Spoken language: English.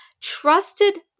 trusted